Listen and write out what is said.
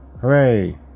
hooray